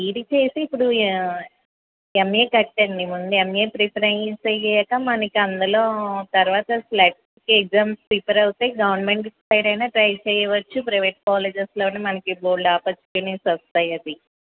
BEd చేసి ఇప్పుడు M MA కట్టండి ముందు ఎమ్ఏ ప్రిపేరస్ అయ్యాకా మనకి అందులో తరువాత స్లెట్ ఎగ్జామ్స్కి ప్రిపేర్ అయితే గవర్నమెంట్ సైడ్ అయినా ట్రై చేయవచ్చు ప్రైవేట్ కాలేజెస్లో అన్నా మనకి బోలెడు ఆపర్చునిటీస్ వస్తాయి అది